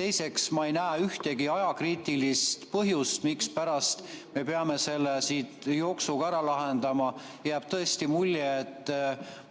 Teiseks, ma ei näe ühtegi ajakriitilist põhjust, mispärast me peame selle siin jooksuga ära lahendama. Jääb tõesti mulje, et